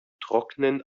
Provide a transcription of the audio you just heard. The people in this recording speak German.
trocknen